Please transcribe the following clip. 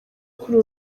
kuri